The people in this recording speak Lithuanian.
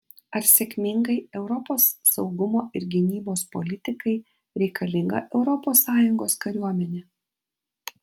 ar sėkmingai europos saugumo ir gynybos politikai reikalinga europos sąjungos kariuomenė